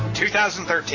2013